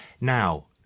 Now